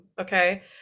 okay